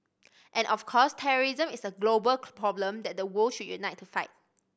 and of course terrorism is a global problem that the world should unite to fight